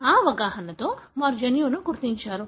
ఆ అవగాహనతో వారు జన్యువును గుర్తించారు